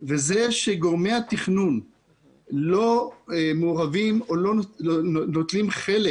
זה שגורמי התכנון לא מעורבים או לא נוטלים חלק